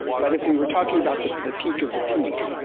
but if we were talking about the the peak of the peak,